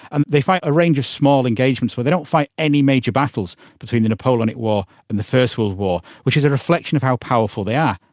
and they fight a range of small engagements, but they don't fight any major battles between the napoleonic war and the first world war, which is a reflection of how powerful they are.